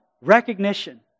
recognition